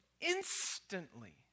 instantly